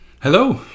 Hello